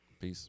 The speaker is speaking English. Peace